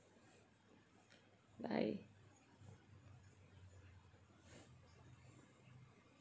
bye